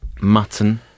mutton